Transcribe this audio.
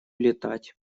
летать